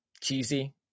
cheesy